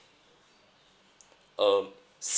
um seven